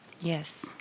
Yes